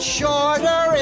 shorter